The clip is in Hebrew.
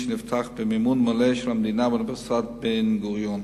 שנפתח במימון מלא של המדינה ואוניברסיטת בן-גוריון.